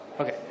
Okay